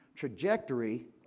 trajectory